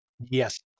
Yes